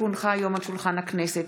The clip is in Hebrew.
כי הונחה היום על שולחן הכנסת,